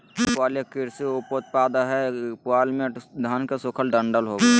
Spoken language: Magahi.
पुआल एक कृषि उपोत्पाद हय पुआल मे धान के सूखल डंठल होवो हय